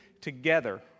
together